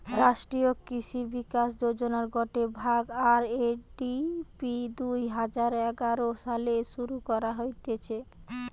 রাষ্ট্রীয় কৃষি বিকাশ যোজনার গটে ভাগ, আর.এ.ডি.পি দুই হাজার এগারো সালে শুরু করা হতিছে